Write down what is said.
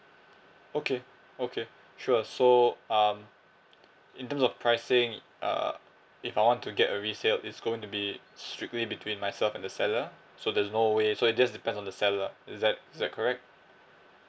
okay okay sure so um in terms of pricing uh if I want to get a resale it's going to be strictly between myself and the seller so there's no way so it just depends on the seller is that is that correct